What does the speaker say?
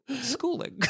Schooling